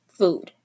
food